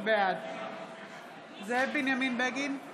בעד זאב בנימין בגין,